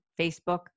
Facebook